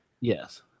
Yes